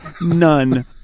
none